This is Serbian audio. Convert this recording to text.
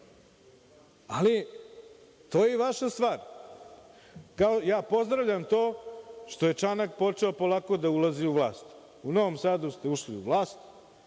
Ali, to je i vaša stvar, kao ja pozdravljam to što je Čanak počeo polako da ulazi u vlast, u Novom Sadu ste ušli u vlast.